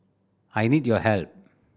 I need your help